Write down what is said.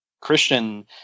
Christian